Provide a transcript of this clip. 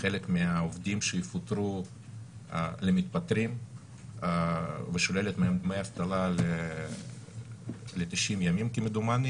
חלק מהעובדים שיפוטרו למתפטרים ושוללת מהם דמי אבטלה ל-90 ימים כמדומני.